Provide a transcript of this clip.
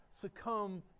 succumb